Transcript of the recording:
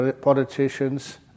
politicians